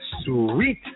Sweet